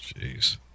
Jeez